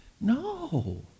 No